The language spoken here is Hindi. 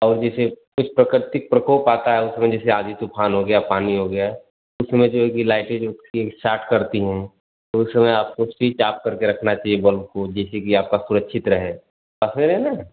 और जैसे कुछ प्रकृतिक प्रकोप आता है उसमें जैसे आंधी तूफान हो गया पानी हो गया उसमें जो है कि लाइटें जो होती हैं वो साट करती हैं तो उस समय आपको स्विच आफ करके रखना चहिए बल्ब को जैसे कि आपका सुरक्षित रहे आप समझ रहे न